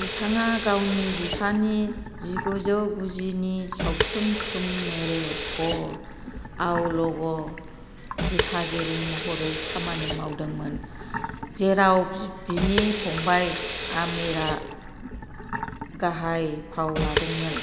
बिथाङा गावनि बिफानि जिगुजौ गुजि नि सावथुन 'तुम मेरे हो' आव लोगो दिथागिरि महरै खामानि मावदोंमोन जेराव बिनि फंबाय आमिरआ गाहाय फाव लादोंमोन